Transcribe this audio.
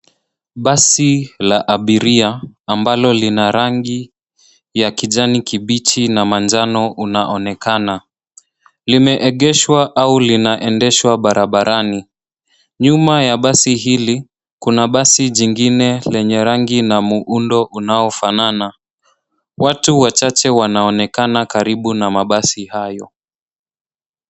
Basi la abiria lenye rangi za kijani kibichi na manjano linaonekana limeegeshwa au linaendeshwa barabarani. Nyuma yake kuna basi jingine lenye rangi na muundo vinavyofanana. Watu wachache wapo karibu na mabasi hayo.